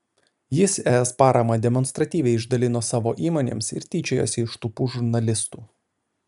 jis es paramą demonstratyviai išdalino savo įmonėms ir tyčiojosi iš tūpų žurnalistų